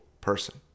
person